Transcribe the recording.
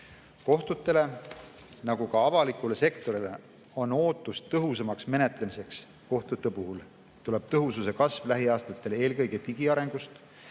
Kohtutele, nagu ka avalikule sektorile, on ootus tõhusamaks menetlemiseks. Kohtute puhul tuleb tõhususe kasv lähiaastatel eelkõige digiarengust,